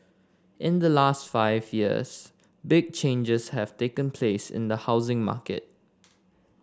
in the last five years big changes have taken place in the housing market